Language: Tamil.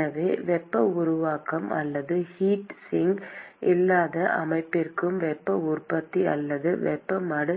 எனவே வெப்ப உருவாக்கம் அல்லது ஹீட் சிங்க் இல்லாத அமைப்பிற்கும் வெப்ப உற்பத்தி அல்லது வெப்ப மடு